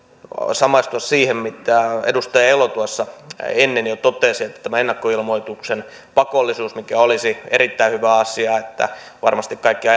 samastua siihen mitä edustaja elo tuossa ennen jo totesi tästä ennakkoilmoituksen pakollisuudesta mikä olisi erittäin hyvä asia varmasti kaikki